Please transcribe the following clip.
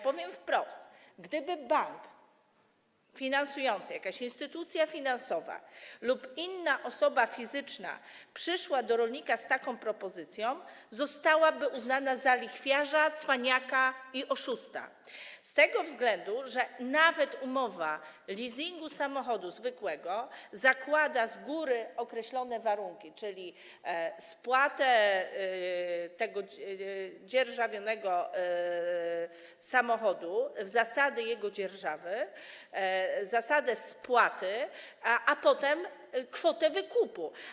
Powiem wprost: gdyby bank finansujący, jakaś instytucja finansowa lub inna osoba fizyczna przyszli do rolnika z taką propozycją, zostaliby uznani za lichwiarzy, cwaniaków i oszustów z tego względu, że nawet umowa leasingu zwykłego samochodu zakłada z góry określone warunki, czyli spłatę dzierżawionego samochodu, zasady jego dzierżawy, zasadę spłaty, a potem kwotę wykupu.